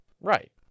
Right